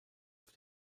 auf